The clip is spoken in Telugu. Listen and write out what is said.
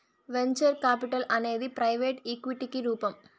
వెంచర్ కాపిటల్ అనేది ప్రైవెట్ ఈక్విటికి రూపం